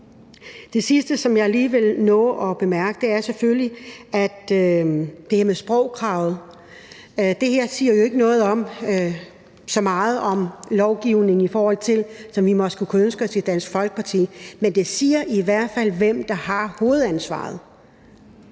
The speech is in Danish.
Det sidste, som jeg lige vil nå at bemærke, er selvfølgelig det her med sprogkravet. Det her siger jo ikke så meget om lovgivningen, som vi måske kunne ønske os i Dansk Folkeparti, men det siger i hvert fald, hvem der har hovedansvaret.